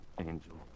Angel